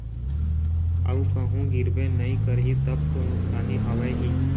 अऊ कहूँ गिरबे नइ करही तब तो नुकसानी हवय ही